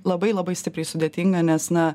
labai labai stipriai sudėtinga nes na